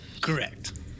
Correct